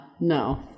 no